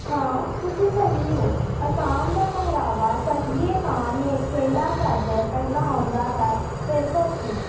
ਹਾਂ ਤੁਸੀਂ ਸਹੀ ਹੋ ਅਸਾਮ ਦਾ ਪਹਿਰਾਵਾ ਕਹੀਏ ਤਾਂ ਮੇਖਲਾ ਚਾਦਰ ਪਹਿਲਾਂ ਆਉਂਦਾ ਹੈ ਫਿਰ ਧੋਤੀ